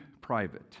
private